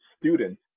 student